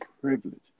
privilege